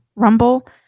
Rumble